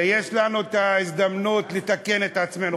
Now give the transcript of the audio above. יש לנו את ההזדמנות לתקן את עצמנו.